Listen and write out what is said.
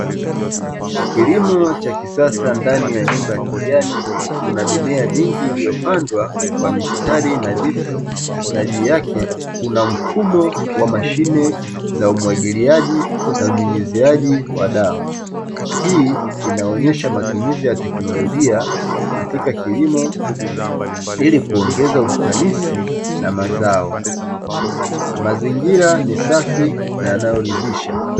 Kilimo cha kisasa ndani ya nyumba ya kijani, kuna mimea mingi iliyopandwa kwa mistari nadhifu na juu yake kuna mfumo wa mashine za umwagiliaji na unyunyiziaji wa dawa. Hii inaonyesha matumizi ya teknolojia katika kilimo ili kuongeza ufanisi na mazao. Mazingira ni safi na yanayoridhisha.